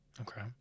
okay